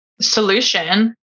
solution